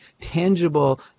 tangible